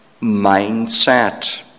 mindset